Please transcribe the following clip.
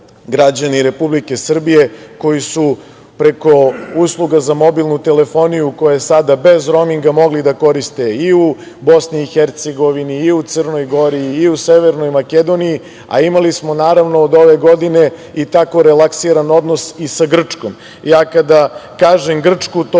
građani Republike Srbije, koji su preko usluga za mobilnu telefoniju koja je sada bez rominga, mogli da koriste i u BiH, Crnoj Gori i Severnoj Makedoniji, a imali smo od ove godine tako relaksiran odnos i sa Grčkom. Kada kažem - Grčku, to